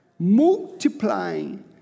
Multiplying